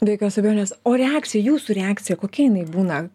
be jokios abejonės o reakcija jūsų reakcija kokia jinai būna